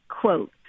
quote